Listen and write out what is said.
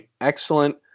excellent